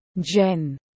Jen